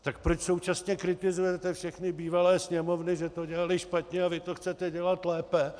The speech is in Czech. Tak proč současně kritizujete všechny bývalé Sněmovny, že to dělaly špatně, a vy to chcete dělat lépe?